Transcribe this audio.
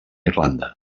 irlanda